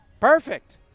Perfect